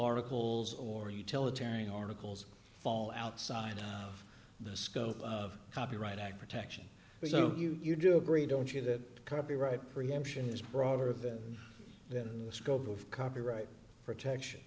articles or utilitarian articles fall outside of the scope of copyright act protection so you do agree don't you that copyright preemption is broader of the scope of copyright protection